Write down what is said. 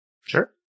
Sure